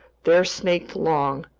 there snaked long,